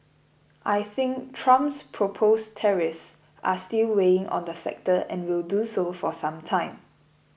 I think Trump's proposed tariffs are still weighing on the sector and will do so for some time